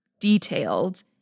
detailed